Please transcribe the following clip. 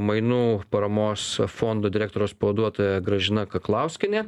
mainų paramos fondo direktoriaus pavaduotoja gražina kaklauskienė